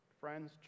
friends